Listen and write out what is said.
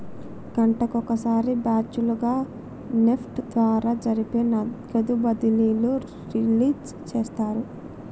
గంటకొక సారి బ్యాచ్ లుగా నెఫ్ట్ ద్వారా జరిపే నగదు బదిలీలు రిలీజ్ చేస్తారు